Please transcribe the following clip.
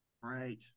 Right